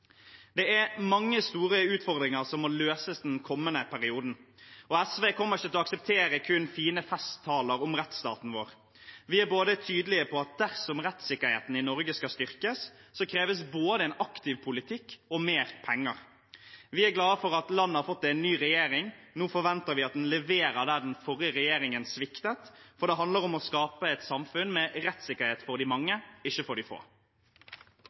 Det er mange store utfordringer som må løses den kommende perioden. SV kommer ikke til å akseptere kun fine festtaler om rettsstaten vår. Vi er tydelig på at dersom rettssikkerheten i Norge skal styrkes, kreves både en aktiv politikk og mer penger. Vi er glad for at landet har fått en ny regjering, nå forventer vi at den leverer der den forrige regjeringen sviktet, for det handler om å skape et samfunn med rettssikkerhet for de mange, ikke for de få.